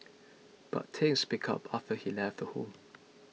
but things picked up after he left the home